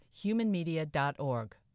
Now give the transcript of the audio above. humanmedia.org